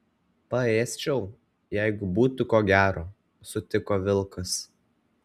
paėsčiau jeigu būtų ko gero sutiko vilkas